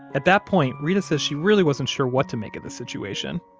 at that point, reta says she really wasn't sure what to make of the situation.